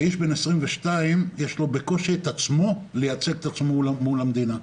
האיש בן ה-22 יש לו בקושי את עצמו לייצג את עצמו מול המדינה.